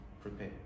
prepare